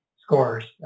scores